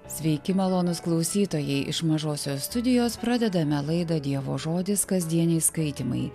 sveiki malonūs klausytojai iš mažosios studijos pradedame laidą dievo žodis kasdieniai skaitymai